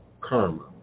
karma